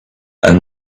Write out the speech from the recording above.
and